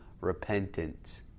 repentance